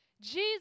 Jesus